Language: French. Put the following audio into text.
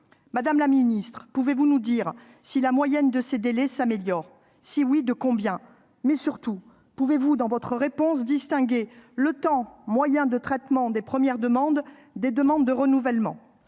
Madame la secrétaire d'État, pouvez-vous nous dire si la moyenne de ces délais s'améliore ? Si oui, de combien ? Surtout, pouvez-vous, dans votre réponse, distinguer le délai moyen de traitement des premières demandes et des demandes de renouvellement ?